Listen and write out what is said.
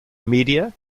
media